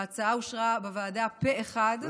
ההצעה אושרה בוועדה פה אחד,